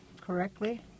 correctly